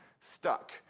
stuck